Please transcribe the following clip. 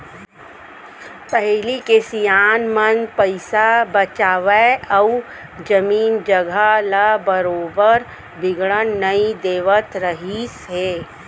पहिली के सियान मन पइसा बचावय अउ जमीन जघा ल बरोबर बिगड़न नई देवत रहिस हे